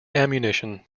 ammunition